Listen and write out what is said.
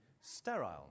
sterile